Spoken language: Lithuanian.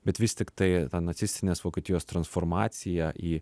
bet vis tiktai nacistinės vokietijos transformaciją į